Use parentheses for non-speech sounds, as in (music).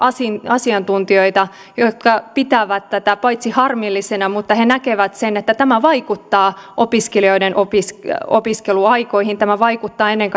asiantuntijoita jotka paitsi pitävät tätä harmillisena myös näkevät sen että tämä vaikuttaa opiskelijoiden opiskeluaikoihin tämä vaikuttaa ennen (unintelligible)